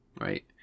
Right